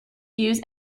hughes